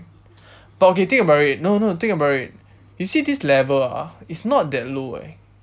but okay think about it no no think about it you see this level ah it's not that low eh